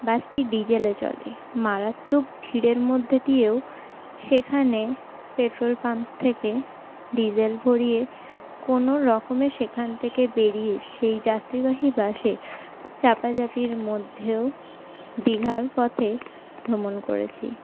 বাসটি ডিজেলে চলে মারাত্মক ভিড়ের মধ্যে দিয়েও সেখানে পেট্রোল পাম্প থেকে ডিজেল ভরিয়ে কোনোরকমে সেখান থেকে বেরিয়ে সেই যাত্রীবাহী বাসে চাপাচাপির মধ্যেও দীঘার পথে ভ্রমণ করেছি